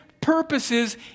purposes